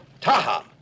Taha